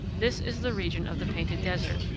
this is the region of the painted desert,